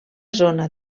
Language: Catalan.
zona